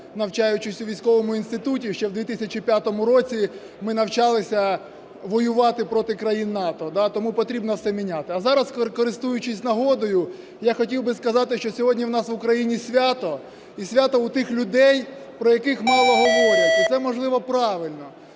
навчаючись у військовому інституті, ще в 2005 році ми навчалися воювати проти країн НАТО. Тому потрібно це міняти. А зараз, користуючись нагодою, я хотів би сказати, що сьогодні у нас в Україні свято. І свято у тих людей, про яких мало говорять. І це, можливо, правильно.